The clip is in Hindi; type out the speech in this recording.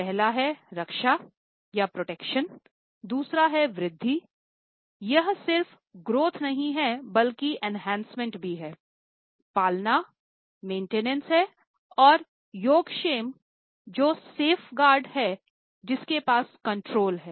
पहला हैं रक्षा जो सेफगार्ड है जिसके पास कंट्रोल हैं